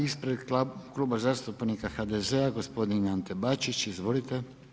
Ispred Kluba zastupnika HDZ-a gospodin Ante Bačić, izvolite.